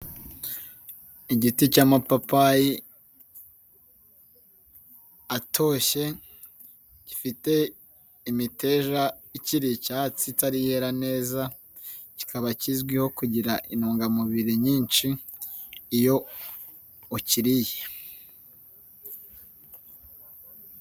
Igiti cy'amapapayi atoshye, gifite imiteja ikiri icyatsi itari yera neza, kikaba kizwiho kugira intungamubiri nyinshi iyo ukiriye.